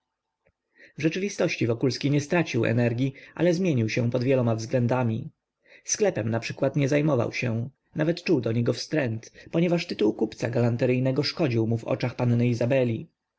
w rzeczywistości wokulski nie stracił energii ale zmienił się pod wieloma względami sklepem naprzykład nie zajmował się nawet czuł do niego wstręt ponieważ tytuł kupca galanteryjnego szkodził mu w oczach panny izabeli